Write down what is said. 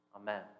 Amen